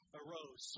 arose